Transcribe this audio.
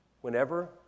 Whenever